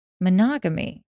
monogamy